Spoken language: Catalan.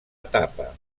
etapa